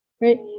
right